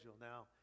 Now